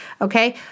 okay